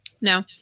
No